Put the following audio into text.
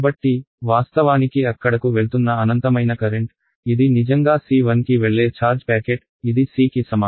కాబట్టి వాస్తవానికి అక్కడకు వెళ్తున్న అనంతమైన కరెంట్ ఇది నిజంగా C1 కి వెళ్లే ఛార్జ్ ప్యాకెట్ ఇది C కి సమానం